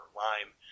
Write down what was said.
lime